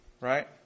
Right